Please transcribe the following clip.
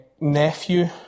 nephew